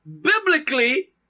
biblically